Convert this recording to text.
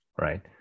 right